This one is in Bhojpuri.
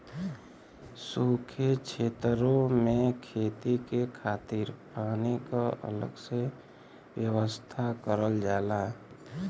सूखे छेतरो में खेती के खातिर पानी क अलग से व्यवस्था करल जाला